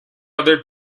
other